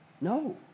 No